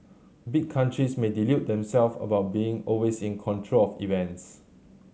big countries may delude themselves about being always in control of events